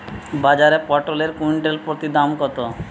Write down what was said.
বাজারে পটল এর কুইন্টাল প্রতি দাম কত?